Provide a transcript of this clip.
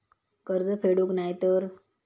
कर्ज फेडूक नाय तर?